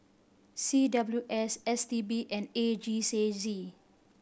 C W S S T B and A G Z C